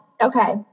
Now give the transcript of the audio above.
okay